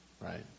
right